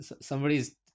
somebody's